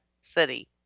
city